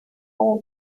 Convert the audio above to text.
del